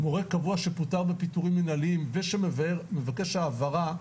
מורה קבוע שפוטר בפיטורים מנהליים ושמבקש העברה,